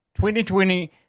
2020